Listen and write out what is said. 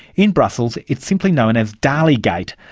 in brussels it's simply known as dalligate,